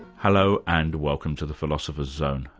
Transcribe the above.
hello, and welcome to the philosopher's zone.